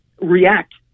react